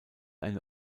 eine